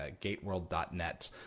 GateWorld.net